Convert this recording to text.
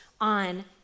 on